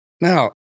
Now